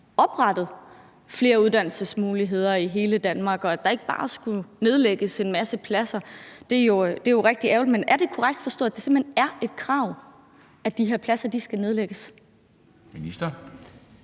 oprettet flere uddannelsesmuligheder i hele Danmark, og at der ikke bare skulle nedlægges en masse pladser. Det er jo rigtig ærgerligt. Men er det korrekt forstået, at det simpelt hen er et krav, at de her pladser skal nedlægges? Kl.